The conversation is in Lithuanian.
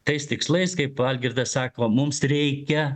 tais tikslais kaip algirdas sako mums reikia